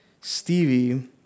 Stevie